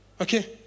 Okay